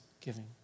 giving